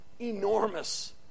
enormous